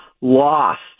lost